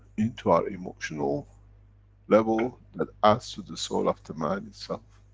into our emotional level that adds to the soul of the man itself.